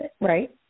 right